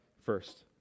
first